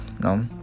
No